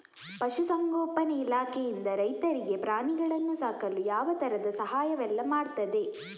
ಪಶುಸಂಗೋಪನೆ ಇಲಾಖೆಯಿಂದ ರೈತರಿಗೆ ಪ್ರಾಣಿಗಳನ್ನು ಸಾಕಲು ಯಾವ ತರದ ಸಹಾಯವೆಲ್ಲ ಮಾಡ್ತದೆ?